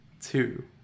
Two